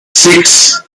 six